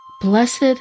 Blessed